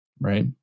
right